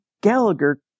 Gallagher